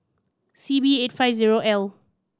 C B eight five zero L